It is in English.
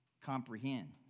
comprehend